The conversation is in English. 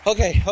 Okay